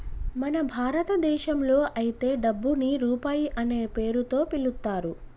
మన భారతదేశంలో అయితే డబ్బుని రూపాయి అనే పేరుతో పిలుత్తారు